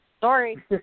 Sorry